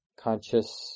conscious